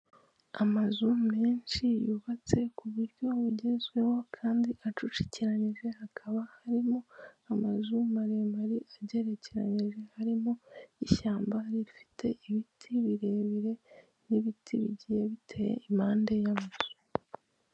Amazu menshi yubatse ku buryo bugezweho kandi acucikiranyije hakaba harimo amazu maremare izigerekeranyije harimo ishyamba rifite ibiti birebire n'ibiti bigiye biteye impande y'amazu.